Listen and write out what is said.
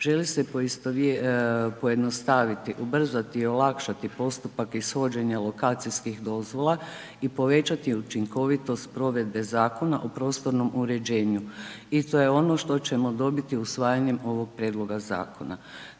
Želi se pojednostaviti, ubrzati, olakšati postupak ishođenja lokacijskih dozvola i povećati učinkovitost provedbe Zakona o prostornom uređenju i to je ono što ćemo dobiti usvajanjem ovog prijedloga zakona.